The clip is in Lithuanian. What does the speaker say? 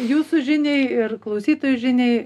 jūsų žiniai ir klausytojų žiniai